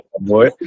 boy